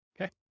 Okay